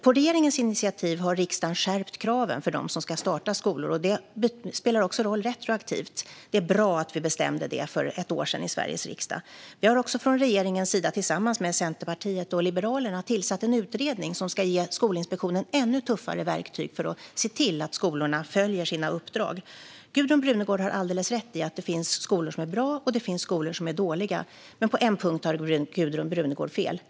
På regeringens initiativ har riksdagen skärpt kraven för dem som ska starta skolor, och det spelar också roll retroaktivt. Det är bra att detta bestämdes för ett år sedan i Sveriges riksdag. Vi har också från regeringens sida, tillsammans med Centerpartiet och Liberalerna, tillsatt en utredning som ska ge Skolinspektionen ännu tuffare verktyg för att se till att skolorna följer sina uppdrag. Gudrun Brunegård har alldeles rätt i att det finns skolor som är bra och att det finns skolor som är dåliga. Men på en punkt har Gudrun Brunegård fel.